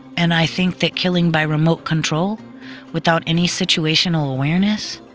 and i think that killing by remote control without any situational awareness